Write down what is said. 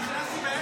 שאותם הוא לא שוכח?